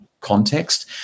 context